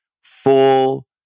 full